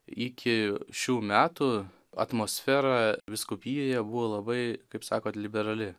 iki šių metų atmosfera vyskupijoje buvo labai kaip sakot liberali